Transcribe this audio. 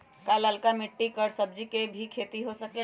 का लालका मिट्टी कर सब्जी के भी खेती हो सकेला?